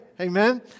amen